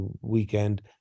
weekend